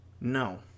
No